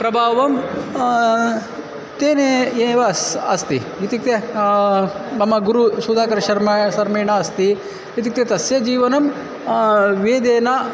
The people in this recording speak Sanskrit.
प्रभावं तेन एव अस्ति इत्युक्ते मम गुरुः सुधाकरशर्मा शर्मणा अस्ति इत्युक्ते तस्य जीवनं वेदेन